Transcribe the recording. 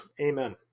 amen